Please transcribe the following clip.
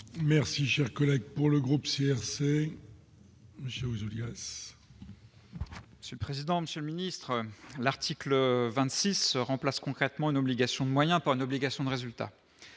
Merci, cher collègue pour le groupe CRC. Monsieur aux audiences. Je suis président, Monsieur le ministre, l'article 26 heures place concrètement une obligation de moyens pour une obligation de résultat